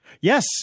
Yes